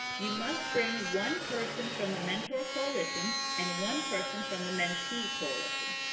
you must bring one person from the mentor coalition and one person from the mentee coalition.